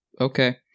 Okay